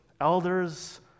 Elders